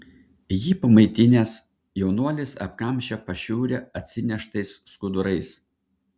jį pamaitinęs jaunuolis apkamšė pašiūrę atsineštais skudurais